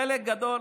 חלק גדול,